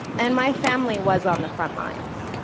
and my family was on the front lines.